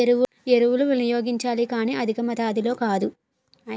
ఎరువులు వినియోగించాలి కానీ అధికమాతాధిలో కాదు